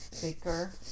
baker